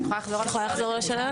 את יכולה לחזור על השאלה?